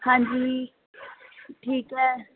ਹਾਂਜੀ ਠੀਕ ਹੈ